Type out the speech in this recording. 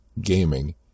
gaming